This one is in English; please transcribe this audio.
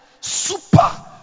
Super